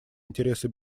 интересы